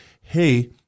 hey—